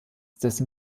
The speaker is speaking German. dessen